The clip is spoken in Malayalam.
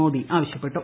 മോദി ആവശ്യപ്പെട്ടു